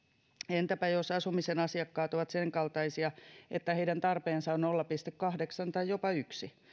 entäpä jos asumisen asiakkaat ovat senkaltaisia että heidän tarpeensa on nolla pilkku kahdeksan tai jopa yksi